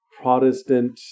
Protestant